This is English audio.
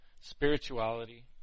spirituality